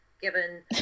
given